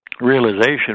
realization